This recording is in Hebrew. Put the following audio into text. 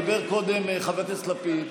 דיבר קודם חבר הכנסת לפיד,